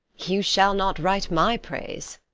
you shall not write my praise.